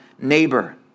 neighbor